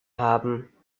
haben